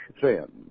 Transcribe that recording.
sin